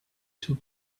too